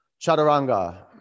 Chaturanga